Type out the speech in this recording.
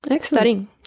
studying